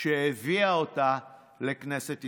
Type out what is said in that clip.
שהביאה אותה לכנסת ישראל.